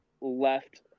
left